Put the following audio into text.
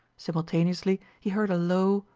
simultaneously he heard a low,